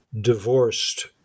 divorced